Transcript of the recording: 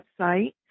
website